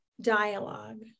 dialogue